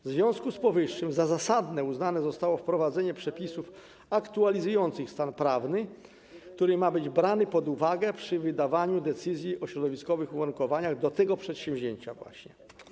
W związku z powyższym za zasadne uznane zostało wprowadzenie przepisów aktualizujących stan prawny, który ma być brany pod uwagę przy wydawaniu decyzji o środowiskowych uwarunkowaniach dla tego przedsięwzięcia właśnie.